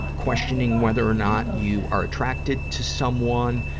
questioning whether or not you are attracted to someone,